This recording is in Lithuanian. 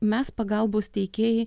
mes pagalbos teikėjai